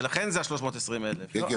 ולכן זה 320,000. כן,